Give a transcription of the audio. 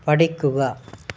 പഠിക്കുക